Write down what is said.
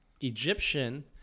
Egyptian